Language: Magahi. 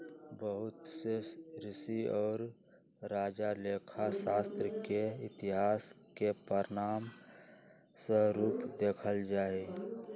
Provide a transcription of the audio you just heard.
बहुत से ऋषि और राजा लेखा शास्त्र के इतिहास के प्रमाण स्वरूप देखल जाहई